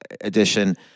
edition